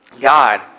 God